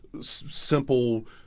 simple